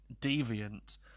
deviant